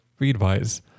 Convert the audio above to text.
Readwise